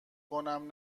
کنم